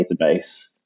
database